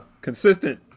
consistent